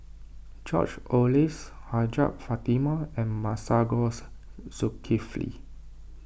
George Oehlers Hajjah Fatimah and Masagos Zulkifli